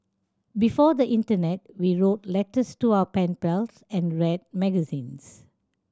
before the internet we wrote letters to our pen pals and read magazines